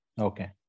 okay